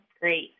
Great